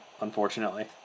unfortunately